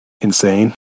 insane